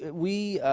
we